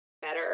Better